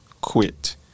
quit